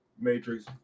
Matrix